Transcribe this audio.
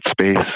space